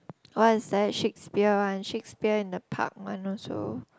what's that Shakespeare one Shakespeare in the Park one also